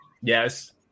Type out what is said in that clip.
Yes